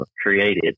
created